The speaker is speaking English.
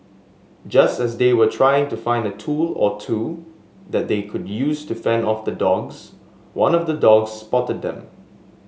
just as they were trying to find a tool or two that they could use to fend off the dogs one of the dogs spotted them